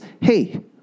hey